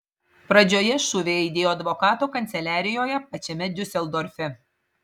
pradžioje šūviai aidėjo advokato kanceliarijoje pačiame diuseldorfe